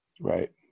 Right